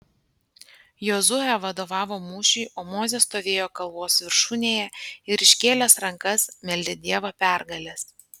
jozuė vadovavo mūšiui o mozė stovėjo kalvos viršūnėje ir iškėlęs rankas meldė dievą pergalės